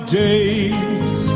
days